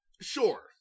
Sure